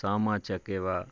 Sama Chakeva